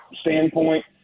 standpoint